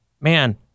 man